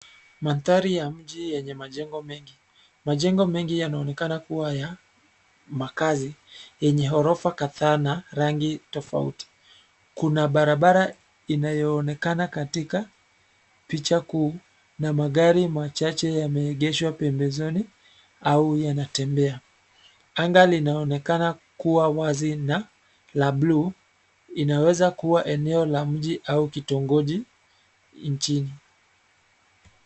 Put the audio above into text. Mandhari ya mji yenye majengo mengi. Majengo mengi yanaonekana kuwa ya makazi yenye gorofa kadhaa na rangi tofauti. Kuna barabara inayoonekana katika picha kuu na magari machache yameegeshwa pembezoni au yanatembea. Anga linaonekana kuwa wazi na la buluu. Inaweza kuwa eneo la mji au kitongoji nchini.